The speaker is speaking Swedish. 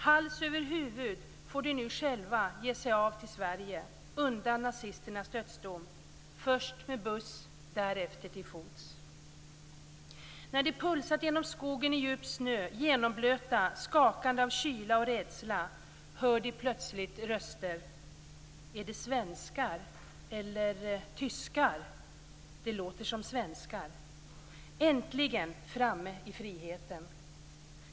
Hals över huvud får de nu själva ge sig av till Sverige undan nazisternas dödsdom - först med buss, därefter till fots. När de pulsat genom skogen i djup snö, genomblöta, skakande av kyla och rädsla, hör de plötsligt röster. Är det svenskar eller tyskar? Det låter som svenskar. Äntligen framme i friheten!